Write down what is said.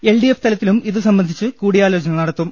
L D F തലത്തിലും ഇതുസംബന്ധിച്ച് കൂടിയാലോചന നടത്തും